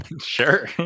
Sure